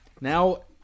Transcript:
Now